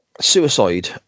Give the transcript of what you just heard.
Suicide